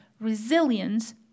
resilience